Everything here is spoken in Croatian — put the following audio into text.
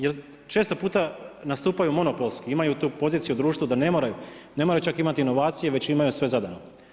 Jer često puta nastupaju monopolski, imaju tu poziciju u društvu da ne moraju čak imati inovacije već imaju sve zadano.